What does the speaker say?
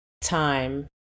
time